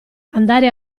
andare